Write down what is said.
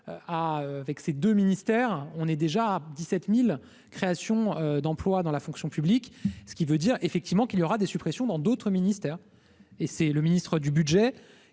vexé de ministère, on est déjà 17000 créations d'emplois dans la fonction publique, ce qui veut dire effectivement qu'il y aura des suppressions dans d'autres ministères et c'est le ministre du Budget,